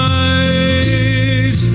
eyes